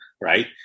right